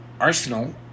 Arsenal